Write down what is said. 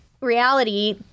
reality